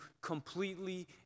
completely